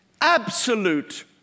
Absolute